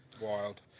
Wild